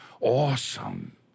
awesome